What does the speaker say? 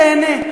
תיהנה.